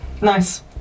Nice